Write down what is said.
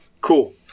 cool